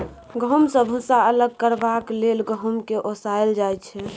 गहुँम सँ भुस्सा अलग करबाक लेल गहुँम केँ ओसाएल जाइ छै